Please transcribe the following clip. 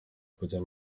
kujya